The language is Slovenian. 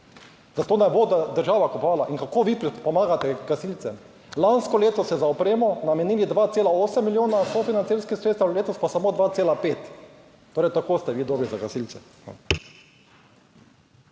zato ne bo država kupovala. In kako vi pomagate gasilcem? Lansko leto ste za opremo namenili 2,8 milijona sofinancerskih sredstev, letos pa samo 2,5. Torej, tako ste vi dobili za gasilce.